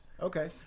Okay